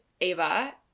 Ava